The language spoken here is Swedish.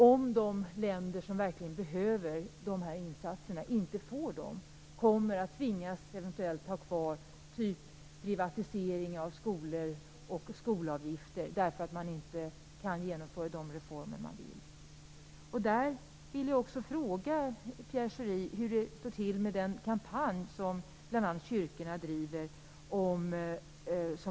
Om de länder som verkligen behöver dessa insatser inte får dem kommer de eventuellt att tvingas att ha kvar privatisering av skolor och skolavgifter, eftersom de inte kan genomföra de reformer som de vill. Jag vill fråga Pierre Schori hur det står till med den kampanj som bl.a. kyrkorna driver.